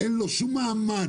אין לו שום מעמד.